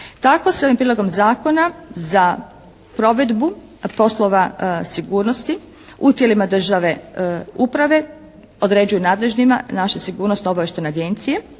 Tako se ovim Prijedlogom zakona za provedbu poslova sigurnosti u tijelima državne uprave određuje nadležnima naše Sigurnosno-obavještajne agencije